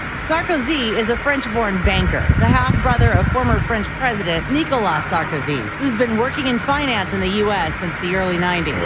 sarkozy is a french-born banker, and half-brother of former french president nicolas sarkozy, who's been working in finance in the u s. since the early ninety s.